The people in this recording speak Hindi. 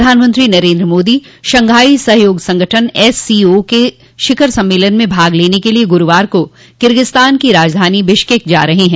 प्रधानमंत्री नरेन्द्र मोदी शंघाई सहयोग संगठन एससीओ के शिखर सम्मेलन में भाग लने के लिए गुरूवार को किर्गिस्तान की राजधानी बिश्केक जा रहे हैं